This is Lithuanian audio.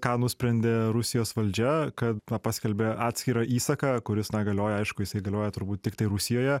ką nusprendė rusijos valdžia kad na paskelbė atskirą įsaką kuris na galioja aišku jisai galioja turbūt tiktai rusijoje